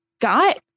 got